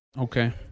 Okay